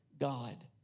God